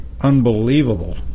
unbelievable